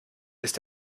ist